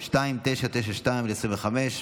פ/2992/25.